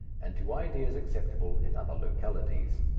and to ideas acceptable in other localities.